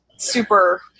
super